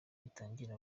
gitangira